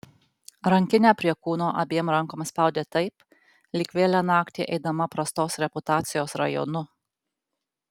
rankinę prie kūno abiem rankom spaudė taip lyg vėlią naktį eidama prastos reputacijos rajonu